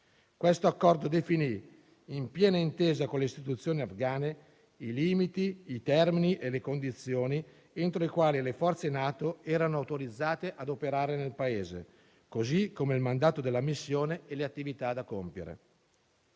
Questo accordo definì, in piena intesa con le istituzioni afghane, i limiti, i termini e le condizioni entro i quali le forze NATO erano autorizzate a operare nel Paese, così come il mandato della missione e le attività da compiere.